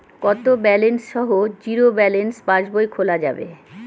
কত ব্যালেন্স সহ zero balance পাসবই খোলা যাবে?